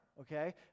okay